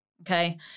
okay